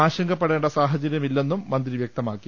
ആശ ങ്കപ്പെടേണ്ട സാഹര്യമില്ലെന്നും മന്ത്രി വൃക്തമാക്കി